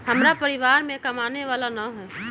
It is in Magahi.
हमरा परिवार में कमाने वाला ना है?